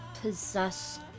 possessed